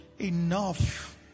Enough